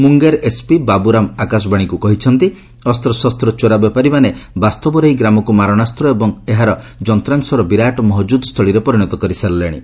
Munger SP Baburam ଆକାଶବାଣୀକୁ କହିଛନ୍ତି ଅସ୍ତ୍ରଶସ୍ତ ଚୋରା ବେପାରୀମାନେ ବାସ୍ତବରେ ଏହି ଗ୍ରାମକୁ ମାରଣାସ୍ତ୍ର ଏବଂ ଏହାର ଯନ୍ତ୍ରାଂଶର ବିରାଟ ମହକ୍ରଦ ସ୍ଥଳୀରେ ପରିଣତ କରି ସାରିଲେଣି